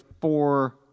four